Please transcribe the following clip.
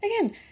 again